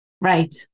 Right